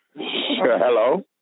Hello